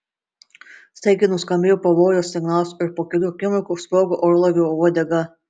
staiga nuskambėjo pavojaus signalas ir po kelių akimirkų sprogo orlaivio uodega